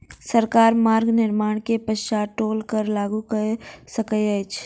सरकार मार्ग निर्माण के पश्चात टोल कर लागू कय सकैत अछि